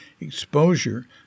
exposure